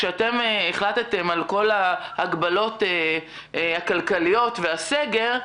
כשאתם החלטתם על כל ההגבלות הכלכליות והסגר,